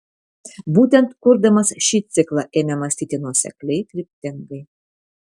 būtent kurdamas šį ciklą ėmė mąstyti nuosekliai kryptingai